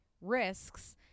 risks